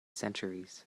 centuries